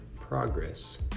progress